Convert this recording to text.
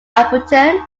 appleton